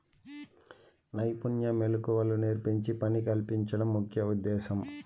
నైపుణ్య మెళకువలు నేర్పించి పని కల్పించడం ముఖ్య ఉద్దేశ్యం